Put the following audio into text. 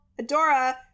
Adora